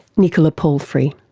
nicola palfrey.